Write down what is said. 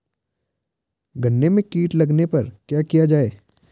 गन्ने में कीट लगने पर क्या किया जाये?